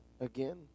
again